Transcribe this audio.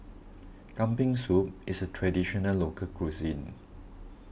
Kambing Soup is a Traditional Local Cuisine